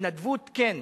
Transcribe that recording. התנדבות, כן,